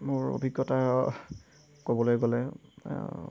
মোৰ অভিজ্ঞতা ক'বলৈ গ'লে